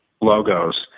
logos